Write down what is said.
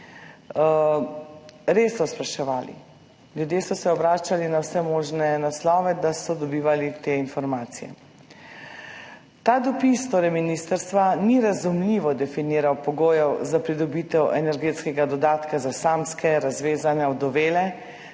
Res so spraševali, ljudje so se obračali na vse možne naslove, da so dobivali te informacije. Ta dopis ministrstva ni razumljivo definiral pogojev za pridobitev energetskega dodatka za samske, razvezane, ovdovele,